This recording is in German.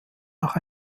nach